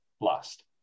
last